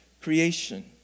creation